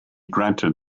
granted